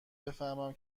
بفهمم